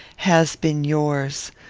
has been yours!